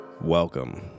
Welcome